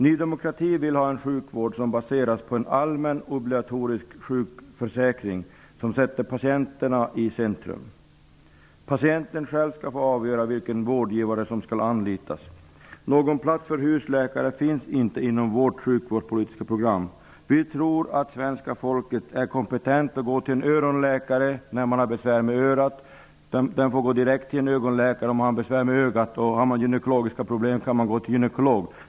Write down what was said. Ny demokrati vill ha en sjukvård som baseras på en allmän obligatorisk sjukförsäkring vilken sätter patienten i centrum. Patienten själv skall få avgöra vilken vårdgivare som skall anlitas. Någon plats för husläkare finns inte inom vårt sjukvårdspolitiska program. Vi tror att svenskarna är kompetenta att gå till en öronläkare när de har besvär med örat, att gå direkt till en ögonläkare när de har besvär med ögat och direkt till en gynekolog när de har gynekologiska problem.